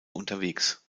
unterwegs